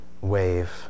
wave